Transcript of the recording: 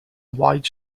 wide